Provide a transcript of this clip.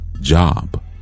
job